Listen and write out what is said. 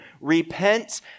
repent